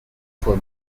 for